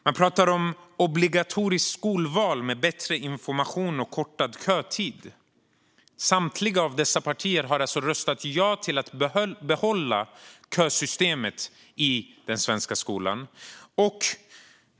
Man pratar om obligatoriskt skolval med bättre information och kortad kötid. Samtliga av dessa partier har röstat ja till att behålla kösystemet i den svenska skolan.